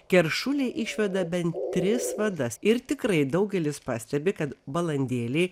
keršuliai išveda bent tris vadas ir tikrai daugelis pastebi kad balandėliai